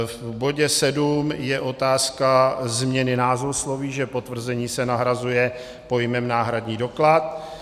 V bodě sedm je otázka změny názvosloví, že potvrzení se nahrazuje pojmem náhradní doklad.